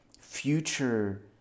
future